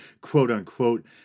quote-unquote